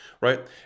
Right